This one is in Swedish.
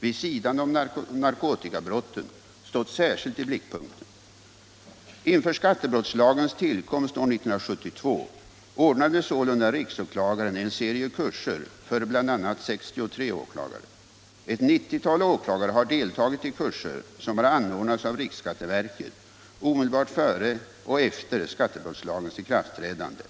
vid sidan om narkotikabrotten, stått särskilt i blickpunkten. Inför skattebrottslagens tillkomst år 1972 ordnade sålunda riksåklagaren en serie kurser för bl.a. 63 åklagare. Ett 90-tal åklagare har deltagit i kurser som har anordnats av riksskatteverket omedelbart före och efter skattebrottslagens ikraftträdande.